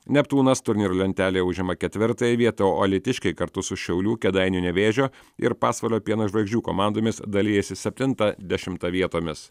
neptūnas turnyro lentelėje užima ketvirtąją vietą o alytiškiai kartu su šiaulių kėdainių nevėžio ir pasvalio pieno žvaigždžių komandomis dalijasi septinta dešimta vietomis